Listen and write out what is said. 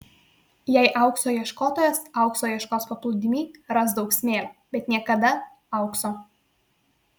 jei aukso ieškotojas aukso ieškos paplūdimy ras daug smėlio bet niekada aukso